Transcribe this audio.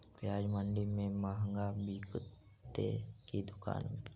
प्याज मंडि में मँहगा बिकते कि दुकान में?